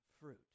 fruit